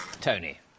Tony